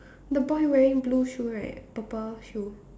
the boy wearing blue shoe right purple shoe